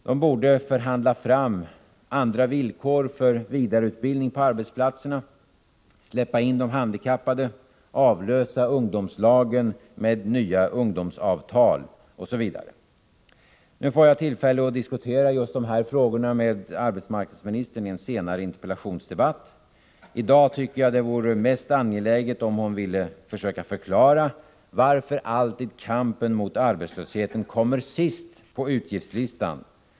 De borde förhandla fram andra villkor för vidareutbildning på arbetsplatserna, de borde släppa in fler handikappade där, avlösa ungdomslagen med nya ungdomsavtal, osv. Jag kommer senare att få tillfälle att diskutera just dessa frågor med arbetsmarknadsministern i en interpellationsdebatt. I dag ser jag det som mest angeläget att arbetsmarknadsministern försöker förklara varför kampen mot arbetslösheten alltid kommer sist på utgiftslistan.